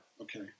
Okay